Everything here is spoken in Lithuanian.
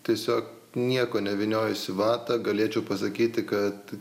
tiesiog nieko nevyniojęs į bvatą galėčiau pasakyti kad